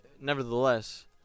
nevertheless